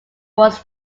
was